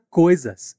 coisas